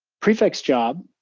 prefect's job,